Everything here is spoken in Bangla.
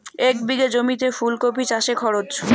এক বিঘে জমিতে ফুলকপি চাষে খরচ?